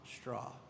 straw